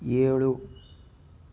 ಏಳು